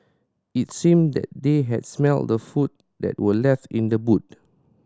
it seemed that they had smelt the food that were left in the boot